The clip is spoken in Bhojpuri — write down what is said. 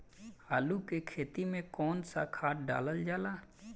आलू के खेती में कवन सा खाद डालल जाला?